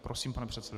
Prosím, pane předsedo.